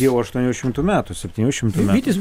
jau aštuonių šimtų metų septynių šimtų metų